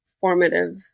formative